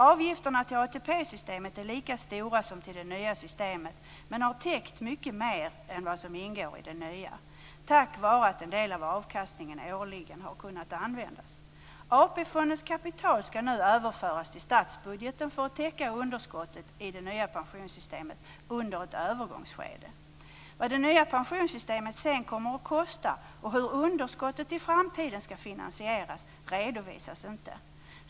Avgifterna till ATP-systemet är lika stora som till det nya systemet men har täckt mycket mer än vad som ingår i det nya, tack vare att en del av avkastningen årligen har kunnat användas. AP-fondens kapital skall nu överföras till statsbudgeten för att täcka underskottet i det nya pensionssystemet under ett övergångsskede. Vad det nya pensionssystemet sedan kommer att kosta och hur underskottet i framtiden skall finansieras redovisas inte.